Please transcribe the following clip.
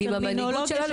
עם המנהיגוּת שלנו.